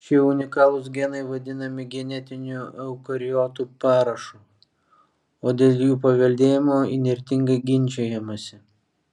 šie unikalūs genai vadinami genetiniu eukariotų parašu o dėl jų paveldėjimo įnirtingai ginčijamasi